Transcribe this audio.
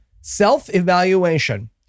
self-evaluation